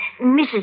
Mrs